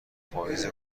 پاییز